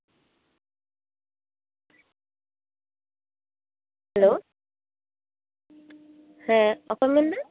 hello ᱦᱮᱸ ᱚᱠᱚᱭᱮᱢ ᱢᱮᱱᱫᱟ